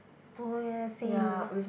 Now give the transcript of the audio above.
oh ya same